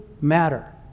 matter